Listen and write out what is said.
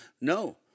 No